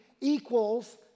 equals